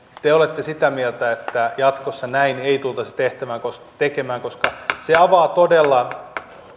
te te olette sitä mieltä että jatkossa näin ei tultaisi tekemään koska se avaa todella